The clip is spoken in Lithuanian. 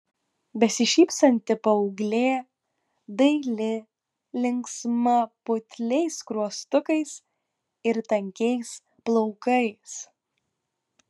besišypsanti paauglė daili linksma putliais skruostukais ir tankiais plaukais